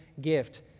gift